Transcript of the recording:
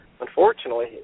unfortunately –